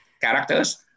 characters